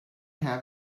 have